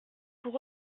pour